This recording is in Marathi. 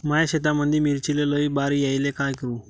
माया शेतामंदी मिर्चीले लई बार यायले का करू?